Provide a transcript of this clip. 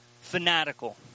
fanatical